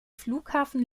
flughafen